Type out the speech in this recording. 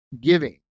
giving